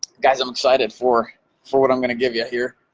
guys, i'm excited for for what i'm gonna give you here.